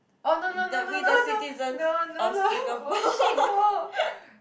oh no no no no no no no no no oh shit no